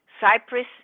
Cyprus